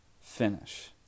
finish